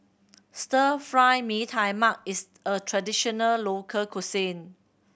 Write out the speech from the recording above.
Stir Fry Mee Tai Mak is a traditional local cuisine